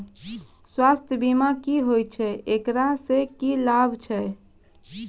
स्वास्थ्य बीमा की होय छै, एकरा से की लाभ छै?